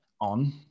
on